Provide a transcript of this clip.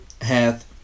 hath